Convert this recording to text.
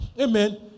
Amen